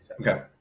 Okay